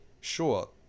sure